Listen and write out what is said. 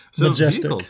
Majestic